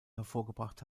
hervorgebracht